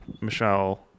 Michelle